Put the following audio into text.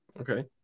okay